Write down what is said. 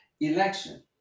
election